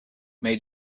made